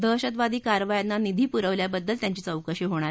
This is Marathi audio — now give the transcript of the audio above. दहशतवादी कारवायांना निधी पुरवल्याबद्दल त्यांची चौकशी होणार आहे